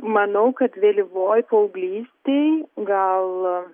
manau kad vėlyvoj paauglystėj gal